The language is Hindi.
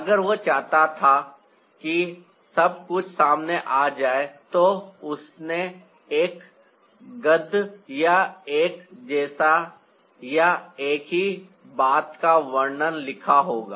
अगर वह चाहता था कि सब कुछ सामने आ जाए तो उसने एक गद्य या एक जैसा या एक ही बात का वर्णन लिखा होगा